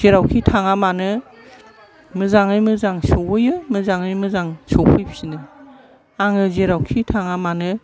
जेरावखि थाङा मानो मोजाङै मोजां सहैयो मोजाङै मोजां सफैफिनो आङो जेरावखि थाङा मानो